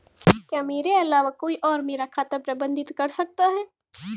क्या मेरे अलावा कोई और मेरा खाता प्रबंधित कर सकता है?